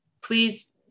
please